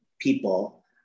people